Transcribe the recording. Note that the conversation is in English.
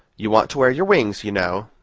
you want to wear your wings, you know,